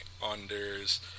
unders